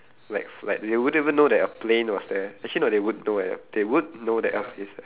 like f~ like they wouldn't even know that a plane was there actually no they would know eh they would know that aeroplane is there